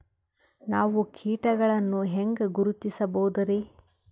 ನಾವು ಕೀಟಗಳನ್ನು ಹೆಂಗ ಗುರುತಿಸಬೋದರಿ?